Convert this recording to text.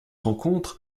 rencontre